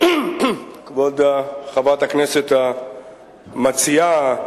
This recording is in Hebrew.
כבוד חברת הכנסת המציעה,